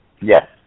Yes